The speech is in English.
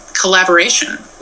collaboration